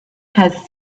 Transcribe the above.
has